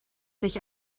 sich